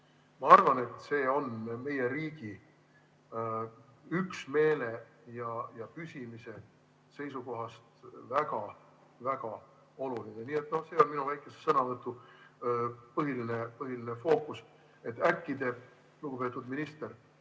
Ma arvan, et see on meie riigi üksmeele ja püsimise seisukohast väga-väga oluline. Nii et minu väikese sõnavõtu põhiline põhiline fookus on see: äkki te, lugupeetud minister,